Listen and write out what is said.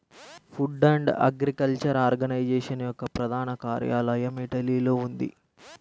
food and agriculture organisation యొక్క ప్రధాన కార్యాలయం ఇటలీలో ఉంది